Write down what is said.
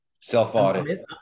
self-audit